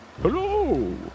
Hello